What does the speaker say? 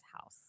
house